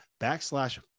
backslash